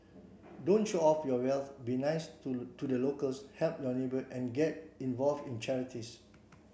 don't show off your wealth be nice to to the locals help your neighbour and get involve in charities